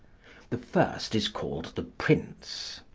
the first is called the prince.